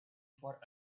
for